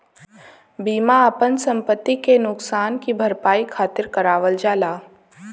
बीमा आपन संपति के नुकसान की भरपाई खातिर करावल जाला